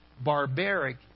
barbaric